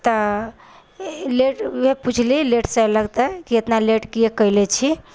तऽ लेट वएह पुछलीह लेटसँ लगते कि इतना लेट किया कयले छी